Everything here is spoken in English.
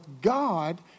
God